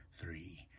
three